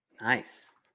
Nice